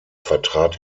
vertrat